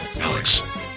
alex